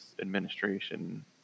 administration